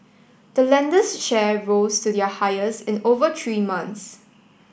the lender's share rose to their highest in over three months